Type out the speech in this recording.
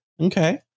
okay